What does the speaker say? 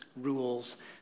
rules